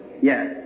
Yes